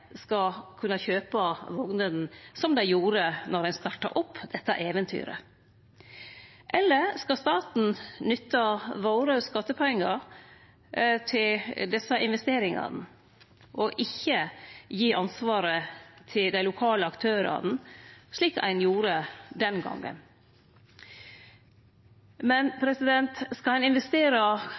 skal kunne kjøpe vognene, som dei gjorde då ein starta dette eventyret? Eller skal staten nytte våre skattepengar til desse investeringane og ikkje gi ansvaret til dei lokale aktørane, slik ein gjorde den gongen? Skal ein investere 800 mill. kr–1 mrd. kr i nye vogner, må ein